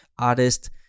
artist